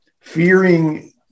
fearing